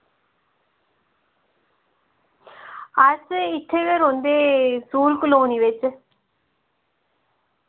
अस इत्थै गै रौंह्दे सूल कलोनी बिच